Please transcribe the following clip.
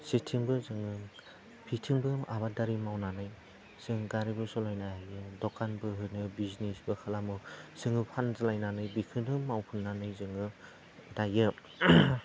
जेथिंबो जोङो बिथिंबो आबादारि मावनानै जों गारिबो सालायनो हायो दकानबो होनो हायो बिजनेसबो खालामो जोङो फानज्लायनानै बेखौनो मावफुंनानै जोङो दायो